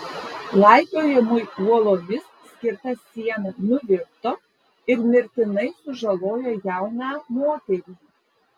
laipiojimui uolomis skirta siena nuvirto ir mirtinai sužalojo jauną moterį